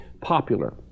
popular